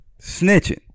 Snitching